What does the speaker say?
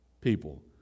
people